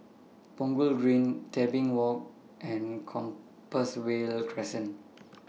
Punggol Green Tebing Walk and Compassvale Crescent